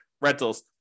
rentals